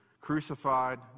crucified